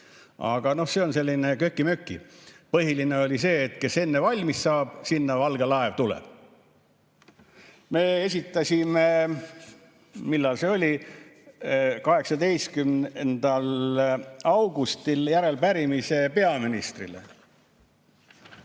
see on selline köki-möki. Põhiline oli see, et kes enne valmis saab, sinna valge laev tuleb. Me esitasime – millal see oli? – 18. augustil järelepärimise peaministrile.